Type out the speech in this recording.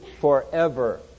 forever